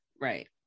Right